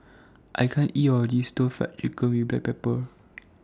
I can't eat All of This Stir Fried Chicken with Black Pepper